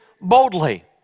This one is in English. boldly